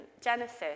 Genesis